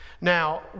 Now